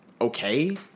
okay